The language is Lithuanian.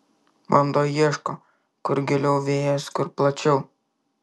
vanduo ieško kur giliau vėjas kur plačiau